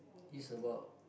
is about